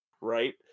right